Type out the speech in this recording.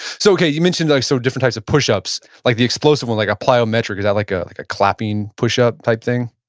so okay, you mentioned some like so different types of push-ups. like the explosive one like a plyometric is that like ah like a clapping push-up type thing?